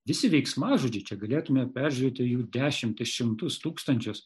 visi veiksmažodžiai čia galėtume peržiūrėti jų dešimtis šimtus tūkstančius